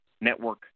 Network